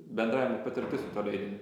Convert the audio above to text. bendravimo patirtis su tuo leidiniu